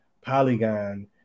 Polygon